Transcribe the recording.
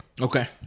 Okay